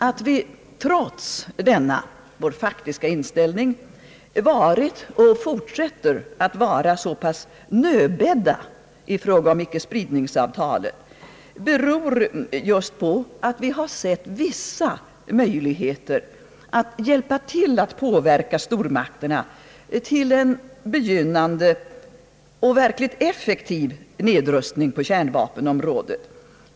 Att vi trots denna vår faktiska inställning har varit och fortsätter att vara så pass nödbedda i fråga om ickespridnings-avtalet beror just på att vi sett vissa möjligheter att hjälpa till att påverka stormakterna till en begynnande och verkligt effektiv nedrustning på kärnvapenområdet.